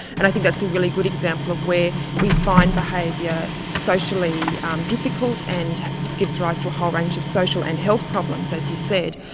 and i think that's a really good example of where we find behaviour socially difficult and gives rise to a whole range of social and health problems, as you said,